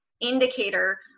indicator